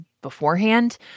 beforehand